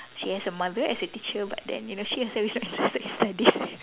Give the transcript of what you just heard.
she has a mother as a teacher but then you know she's has the least not interested in studies